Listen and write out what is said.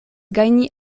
gajni